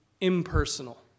impersonal